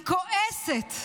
אני כועסת,